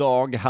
Dag